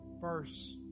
verse